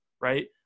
right